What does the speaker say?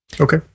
Okay